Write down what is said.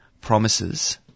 promises